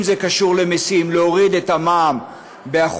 אם זה קשור למיסים, זה להוריד את המע"מ ב-1%,